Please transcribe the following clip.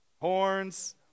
Horns